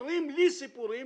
מוכרים לי סיפורים